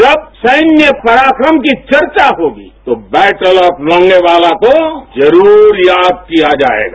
जब सैन्य पराक्रम की चर्चा होगी तो बैटल ऑफ लॉर्गवाला को जरूर याद किया जाएगा